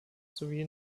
sowie